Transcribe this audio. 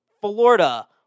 Florida